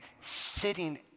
Sitting